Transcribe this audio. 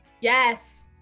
Yes